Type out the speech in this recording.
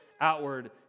outward